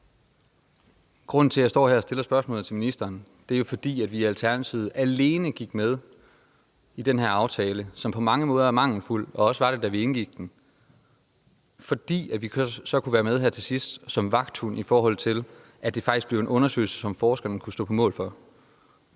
Grunden til, at jeg står her og stiller spørgsmålet til ministeren, er jo, at vi i Alternativet alene gik med i den her aftale, som på mange måder er mangelfuld og også var det, da vi indgik den, fordi vi så kunne være med her til sidst som vagthund, i forhold til at det faktisk blev en undersøgelse, som forskerne kunne stå på mål for.